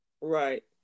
Right